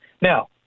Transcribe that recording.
Now